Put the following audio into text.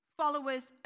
followers